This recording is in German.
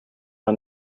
man